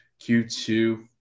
Q2 –